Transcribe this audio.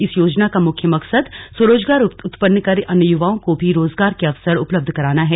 इस योजना का मुख्य मकसद स्वरोजगार उत्पन्न कर अन्य युवाओं को भी रोजगार के अवसर उपलब्ध कराना है